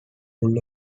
full